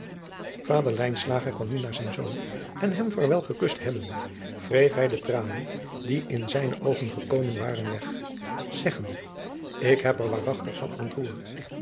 lijnslager kwam nu naar zijn zoon en hem vaarwel gekust hebbende wreef bij de tranen die in zijne oogen gekomen waren weg zeggende ik ben er waarachtig van ontroerd